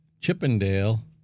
chippendale